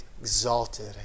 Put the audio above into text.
exalted